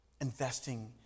investing